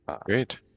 Great